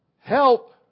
help